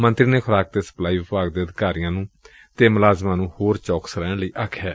ਮੰਤਰੀ ਨੇ ਖੁਰਾਕ ਤੇ ਸਪਲਾਈ ਵਿਭਾਗ ਦੇ ਅਧਿਕਾਰੀਆਂ ਅਤੇ ਮੁਲਾਜ਼ਮਾਂ ਨੂੰ ਹੋਰ ਚੌਕਸ ਰਹਿਣ ਲਈ ਕਿਹੈ